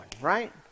right